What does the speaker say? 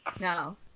No